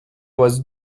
was